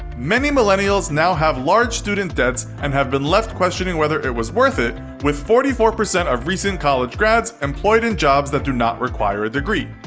many millennials now have large student debts and have been left questioning whether it was worth it, with forty four percent of recent college grads employed in jobs that do not require a degree.